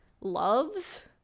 loves